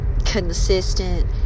consistent